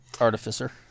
Artificer